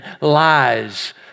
lies